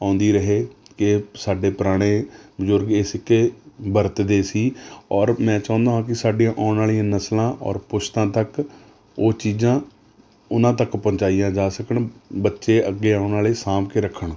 ਆਉਂਦੀ ਰਹੇ ਕਿ ਸਾਡੇ ਪੁਰਾਣੇ ਬਜ਼ੁਰਗ ਇਹ ਸਿੱਕੇ ਵਰਤਦੇ ਸੀ ਔਰ ਮੈਂ ਚਾਹੁੰਦਾ ਹਾਂ ਕਿ ਸਾਡੀਆਂ ਆਉਣ ਵਾਲੀਆਂ ਨਸਲਾਂ ਔਰ ਪੁਸ਼ਤਾਂ ਤੱਕ ਉਹ ਚੀਜ਼ਾਂ ਉਹਨਾਂ ਤਕ ਪਹੁੰਚਾਈਆਂ ਜਾ ਸਕਣ ਬੱਚੇ ਅੱਗੇ ਆਉਣ ਆਲੇ ਸਾਂਭ ਕੇ ਰੱਖਣ